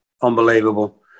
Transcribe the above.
unbelievable